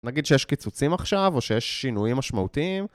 נגיד שיש קיצוצים עכשיו או שיש שינויים משמעותיים